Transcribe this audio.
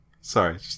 sorry